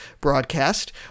broadcast